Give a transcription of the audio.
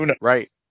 Right